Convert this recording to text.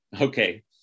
Okay